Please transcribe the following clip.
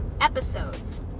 episodes